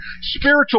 spiritual